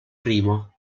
primo